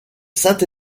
saint